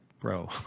bro